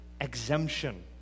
exemption